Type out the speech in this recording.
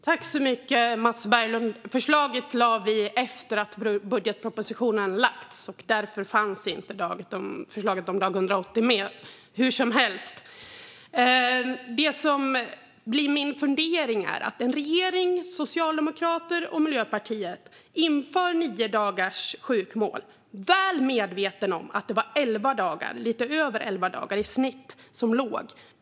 Herr ålderspresident och Mats Berglund! Förslaget lade vi fram efter att budgetpropositionen hade lagts fram, och därför fanns inte förslaget om dag 180 med. Hur som helst - jag har en fundering. En regering bestående av Socialdemokraterna och Miljöpartiet införde niodagars sjukmål, väl medvetna om att det var lite över elva dagar i snitt som det handlade om.